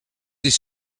his